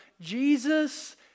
Jesus